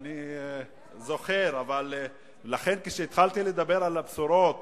אני זוכר, אבל לכן, כשהתחלתי לדבר על הבשורות